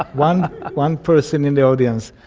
one one person in the audience.